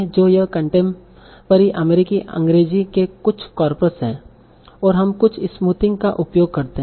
तो यह कंटेम्पररी अमेरिकी अंग्रेजी के कुछ कॉर्पस है और हम कुछ स्मूथिंग का उपयोग करते हैं